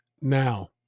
now